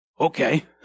Okay